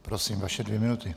Prosím, vaše dvě minuty.